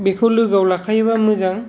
बेखौ लोगोआव लाखायोबा मोजां